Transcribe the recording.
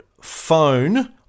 phone